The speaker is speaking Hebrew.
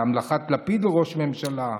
להמלכת לפיד לראש ממשלה,